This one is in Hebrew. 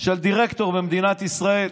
של דירקטור במדינת ישראל,